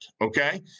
okay